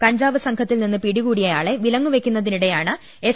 കഞ്ചാവ് സംഘത്തിൽ നിന്ന് പിടികൂടിയ യാളെ വിലങ്ങു വെക്കുന്നതിനിടെയാണ് എസ്